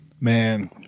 Man